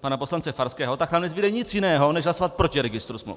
pana poslance Farského, tak nám nezbude nic jiného než hlasovat proti registru smluv.